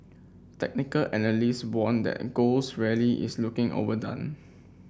technical analysts warned that gold's rally is looking overdone